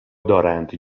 دارند